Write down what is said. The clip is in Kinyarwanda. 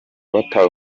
batawe